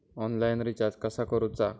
Online recharge कसा करूचा?